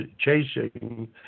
chasing